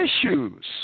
issues